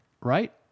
right